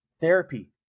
therapy